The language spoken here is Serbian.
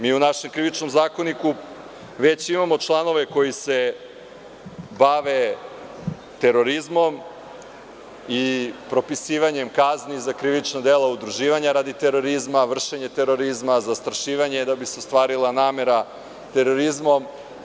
Mi u našem Krivičnom zakoniku već imamo članove koji se bave terorizmom i propisivanjem kazni za krivična dela udruživanja radi terorizma, vršenje terorizma, zastrašivanje, da bi se ostvarila namera terorizmom.